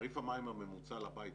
תעריף המים הממוצע לבית,